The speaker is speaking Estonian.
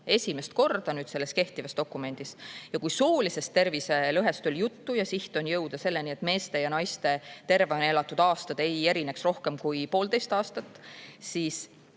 esimest korda selles kehtivas dokumendis. Kui soolisest terviselõhest oli juttu ja siht on jõuda selleni, et meeste ja naiste tervena elatud aastad ei erineks rohkem kui poolteist aastat, siis